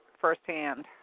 firsthand